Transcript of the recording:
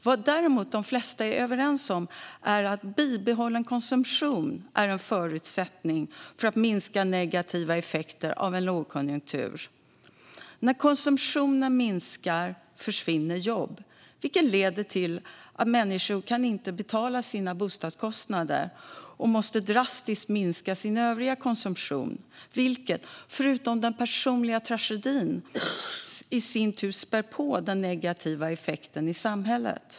Vad de flesta däremot är överens om är att bibehållen konsumtion är en förutsättning för att minska negativa effekter av en lågkonjunktur. När konsumtionen minskar försvinner jobb. Det leder till att människor inte kan betala sina bostadskostnader och drastiskt måste minska sin övriga konsumtion, vilket förutom att vara en personlig tragedi i sin tur spär på den negativa effekten i samhället.